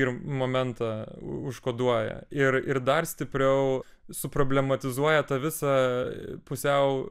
ir momentą užkoduoja ir ir dar stipriau su problematizuoja tą visą pusiau